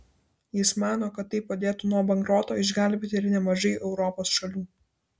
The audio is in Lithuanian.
jis mano kad tai padėtų nuo bankroto išgelbėti ir nemažai europos šalių